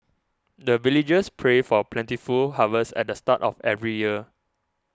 the villagers pray for plentiful harvest at the start of every year